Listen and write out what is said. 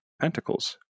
pentacles